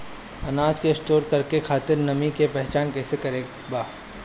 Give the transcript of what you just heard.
अनाज के स्टोर करके खातिर नमी के पहचान कैसे करेके बा?